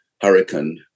hurricane